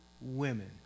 women